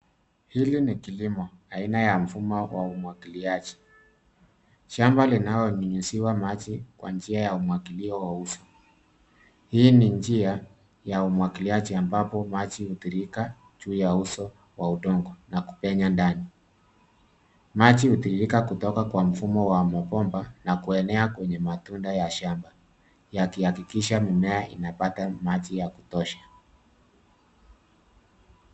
Hili ni kilimo, aina ya mfumo wa umwagiliaji. Shamba linaonyunyuziwa maji, kwa njia ya umwagilio wa uso. Hii ni njia, ya umwagiliaji ambapo maji hutiririka, juu ya uso wa udongo, na kupenya ndani. Maji hutiririka kutoka kwa mfumo wa mgomba na kuenea kwenye matunda ya shamba, yakihakikisha mimea inapata maji ya kutosha.